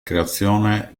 creazione